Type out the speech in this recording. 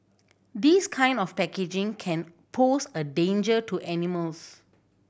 this kind of packaging can pose a danger to animals